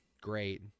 great